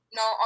no